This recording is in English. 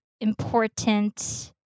important